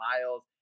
miles